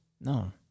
No